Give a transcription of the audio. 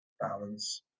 balance